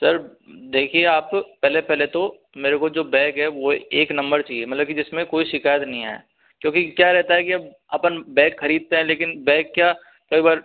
sir देखिए आप पहले पहले तो मुझे जो बैग है वो एक नम्बर चाहिए मतलब कि जिसमें कोई शिकायत नहीं आए क्योंकि क्या रहता है कि अब हम बैग खरीदते हैं लेकिन बैग क्या कई बार